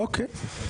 אוקיי.